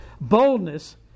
boldness